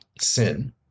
sin